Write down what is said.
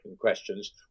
questions